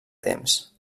temps